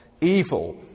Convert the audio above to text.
evil